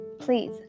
please